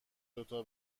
دوتا